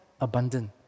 abundant